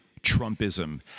Trumpism